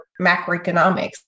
macroeconomics